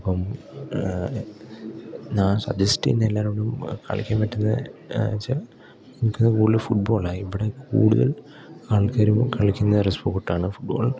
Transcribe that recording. അപ്പം ഞാൻ സജസ്റ്റേ ചെയ്യുന്ന എല്ലാരോടും കളിക്കാൻ പറ്റുന്നത് വെച്ചാൽ ഏറ്റവും കൂടുതൽ ഫുട്ബോളാ ഇവിടെ കൂടുതൽ ആൾക്കാരും കളിക്കുന്ന ഒരു സ്പോർട്ടാണ് ഫുട്ബോൾ